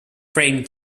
frame